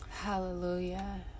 Hallelujah